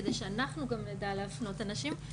כדי שגם אנחנו נדע להפנות אנשים.